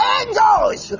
angels